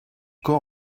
quand